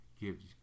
gives